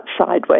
sideways